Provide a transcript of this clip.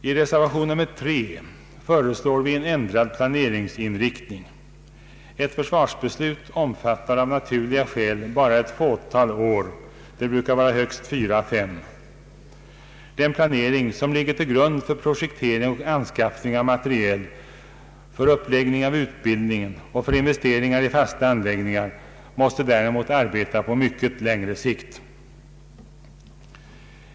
I reservationen 3 föreslår vi en ändrad planeringsinriktning. Ett försvarsbeslut omfattar av naturliga skäl bara ett fåtal år — det brukar vara högst fyra å fem. Den planering som ligger till grund för projektering och anskaffning av materiel, för uppläggning av utbildningen och för investeringar i fasta anläggningar måste däremot arbeta på mycket längre sikt.